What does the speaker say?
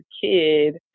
kid